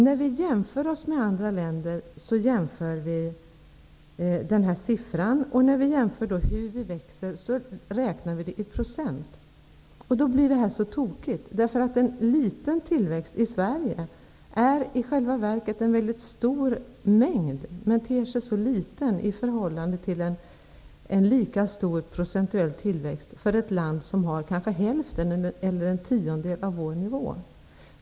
När vi jämför oss med andra länder använder vi den här siffran. När vi jämför hur vi växer räknar vi det i procent. Då blir det tokigt. En liten tillväxt i Sverige är i själva verket en mycket stor mängd, men ter sig liten i förhållande till en lika stor procentuell tillväxt för ett land som kanske har hälften eller en tiondel av vår nivå.